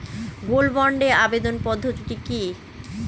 Gold বন্ডে আবেদনের পদ্ধতিটি কি?